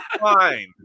Fine